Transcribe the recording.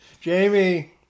Jamie